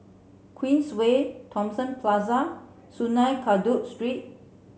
Queensway Thomson Plaza and Sungei Kadut Street